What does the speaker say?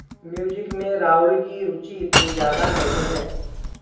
music में राहुल की रुचि इतनी ज्यादा नहीं है